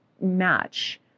match